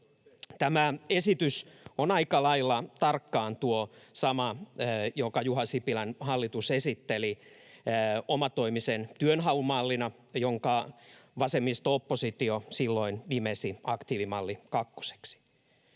Tämä esitys on aika lailla tarkkaan tuo sama, jonka Juha Sipilän hallitus esitteli omatoimisen työnhaun mallina, jonka vasemmisto-oppositio silloin nimesi aktiivimalli kakkoseksi.